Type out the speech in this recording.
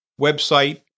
website